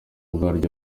ubwaryo